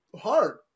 hard